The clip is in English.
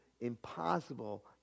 impossible